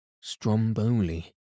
Stromboli